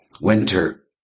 Winter